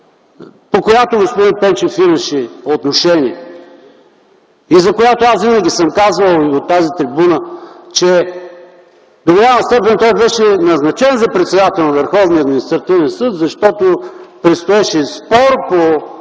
по която господин Пенчев имаше отношение и за която аз винаги съм казвал, и от тази трибуна, че до голяма степен той беше назначен за председател на Върховния